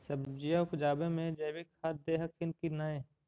सब्जिया उपजाबे मे जैवीक खाद दे हखिन की नैय?